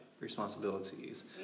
responsibilities